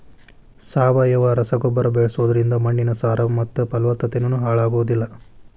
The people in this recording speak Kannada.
ಸಾವಯವ ರಸಗೊಬ್ಬರ ಬಳ್ಸೋದ್ರಿಂದ ಮಣ್ಣಿನ ಸಾರ ಮತ್ತ ಪಲವತ್ತತೆನು ಹಾಳಾಗೋದಿಲ್ಲ